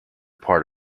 part